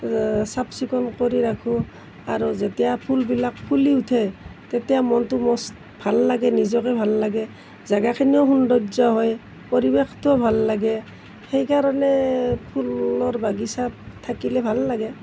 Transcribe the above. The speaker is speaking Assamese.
চাফ চিকুণ কৰি ৰাখোঁ আৰু যেতিয়া ফুলবিলাক ফুলি উঠে তেতিয়া মনটো মোৰ ভাল লাগে নিজকে ভাল লাগে জেগাখিনিৰো সৌন্দৰ্য্য হয় পৰিৱেশটোও ভাল লাগে সেইকাৰণে ফুলৰ বাগিচাত থাকিলে ভাল লাগে